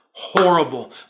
horrible